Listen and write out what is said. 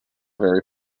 very